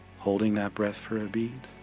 holding that breath for a beat.